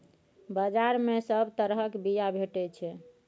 बजार मे सब तरहक बीया भेटै छै